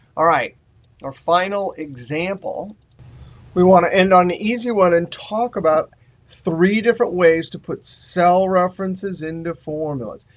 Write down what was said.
all right, our final example we want to end on an easy one and talk about three different ways to put cell references into formulas.